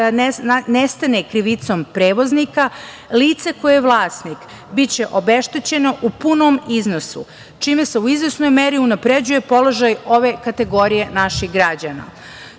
ili nestane krivicom prevoznika, lice koje je vlasnik biće obeštećeno u punom iznosu, čime se u izvesnoj meri unapređuje položaj ove kategorije naših građana. Članom